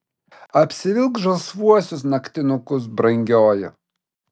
apsivilk žalsvuosius naktinukus brangioji